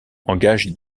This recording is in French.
engage